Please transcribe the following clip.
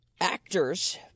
Actors